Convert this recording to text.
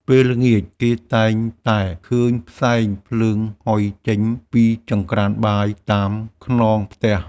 ពេលល្ងាច គេតែងតែឃើញផ្សែងភ្លើងហុយចេញពីចង្រ្កានបាយតាមខ្នងផ្ទះ។